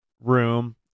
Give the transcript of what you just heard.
room